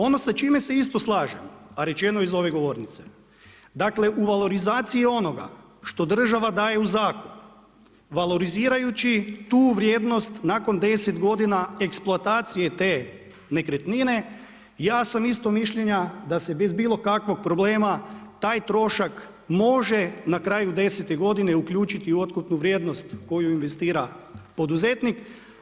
Ono sa čime se isto slažem a rečeno je iz ove govornice, dakle u valorizaciji onoga što država daje u zakup, valorizirajući tu vrijednost nakon 10 godina eksploatacije te nekretnine ja sam istog mišljenja da se bez bilo kakvog problema taj trošak može na kraju desete godine uključiti u otkupnu vrijednost u koju investira poduzetnik.